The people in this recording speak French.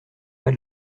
pas